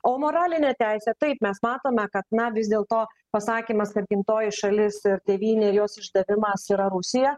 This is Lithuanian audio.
o moralinė teisė taip mes matome kad na vis dėlto pasakymas kad gimtoji šalis ir tėvynė ir jos išdavimas yra rusija